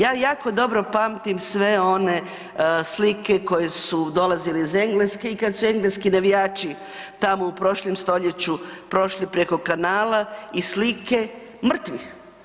Ja jako dobro pamtim sve one slike koje su dolazile iz Engleske i kad su engleski navijači tamo u prošlom stoljeću prošli preko kanala i slike mrtvih.